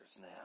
now